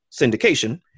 syndication